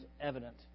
evident